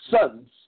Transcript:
sons